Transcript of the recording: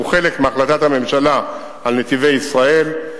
שהוא חלק מהחלטת הממשלה על "נתיבי ישראל",